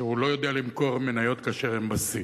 שהוא לא יודע למכור מניות כאשר הן בשיא.